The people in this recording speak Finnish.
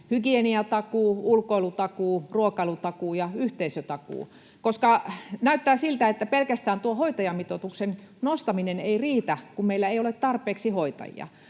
hygieniatakuu, ulkoilutakuu, ruokailutakuu ja yhteisötakuu — koska näyttää siltä, että pelkästään tuo hoitajamitoituksen nostaminen ei riitä, kun meillä ei ole tarpeeksi hoitajia.